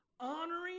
Honoring